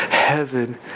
Heaven